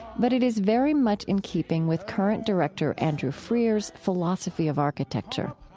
but it is very much in keeping with current director andrew freear's philosophy of architecture.